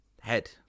head